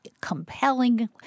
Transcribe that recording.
compelling